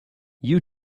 you